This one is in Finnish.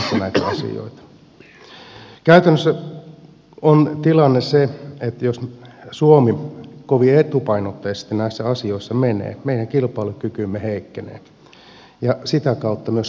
käytännössä on tilanne se että jos suomi kovin etupainotteisesti näissä asioissa menee meidän kilpailukykymme heikkenee ja sitä kautta myös kansantaloutemme